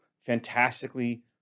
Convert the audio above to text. fantastically